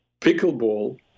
pickleball